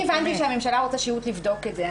אני הבנתי שהממשלה רוצה שהות לבדוק את זה.